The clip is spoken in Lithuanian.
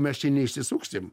mes čia neišsisuksim